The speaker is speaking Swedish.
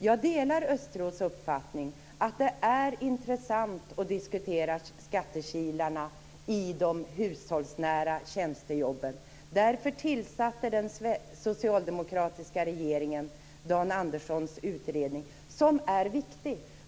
Jag delar Östros uppfattning att det är intressant att diskutera skattekilarna i de hushållsnära tjänstejobben. Därför tillsatte den socialdemokratiska regeringen Dan Anderssons utredning, som är viktig.